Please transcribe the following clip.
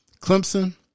Clemson